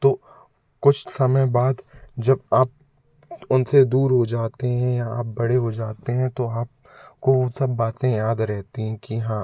तो कुछ समय बाद जब आप उन से दूर हो जाते हैं या आप बड़े हो जाते हैं तो आप को वो सब बातें याद रहती हैं कि हाँ